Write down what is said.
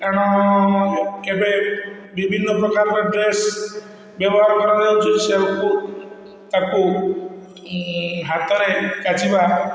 କାରଣ ଏବେ ବିଭିନ୍ନ ପ୍ରକାରର ଡ୍ରେସ ବ୍ୟବହାର କରାଯାଉଛି ତାକୁ ହାତରେ କାଚିବା